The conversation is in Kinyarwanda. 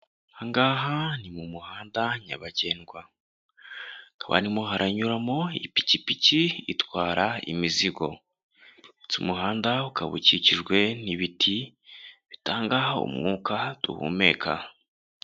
Aha ngaha ni mu muhanda nyabagendwamo. Hakaba harimo haranyuramo ipikipiki itwara imizigo . Umuhanda ukaba ukikijwe n'ibiti bitangaho umwuka duhumeka.